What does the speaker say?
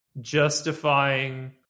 justifying